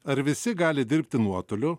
ar visi gali dirbti nuotoliu